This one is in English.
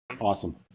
awesome